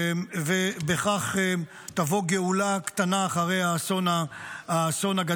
ובכך תבוא גאולה קטנה אחרי האסון הגדול.